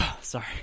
Sorry